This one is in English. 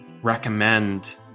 recommend